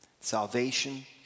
Salvation